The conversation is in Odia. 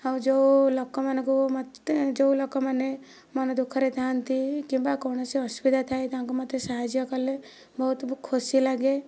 ଆଉ ଯେଉଁ ଲୋକମାନଙ୍କୁ ମୋତେ ଲୋକମାନେ ମନ ଦୁଃଖରେ ଥାନ୍ତି କିମ୍ବା କୌଣସି ଅସୁବିଧାରେ ଥାଇ ତାଙ୍କୁ ମୋତେ ସାହାଯ୍ୟ କଲେ ବହୁତ ଖୁସି ଲାଗେ